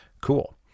Cool